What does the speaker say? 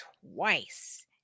twice